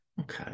okay